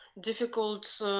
difficult